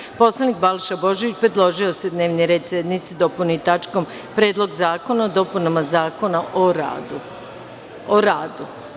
Narodni poslanik Balša Božović predložio je da se dnevni red sednice dopuni tačkom – Predlog zakona o dopunama Zakona o radu.